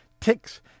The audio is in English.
ticks